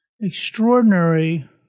extraordinary